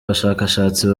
bashakashatsi